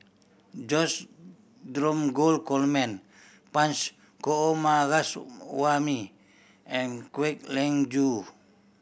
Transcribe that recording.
George Dromgold Coleman Punch Coomaraswamy and Kwek Leng Joo